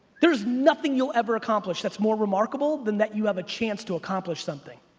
there's nothing you'll ever accomplish that's more remarkable than that you have a chance to accomplish something.